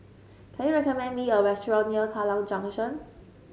can you recommend me a restaurant near Kallang Junction